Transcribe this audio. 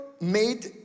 made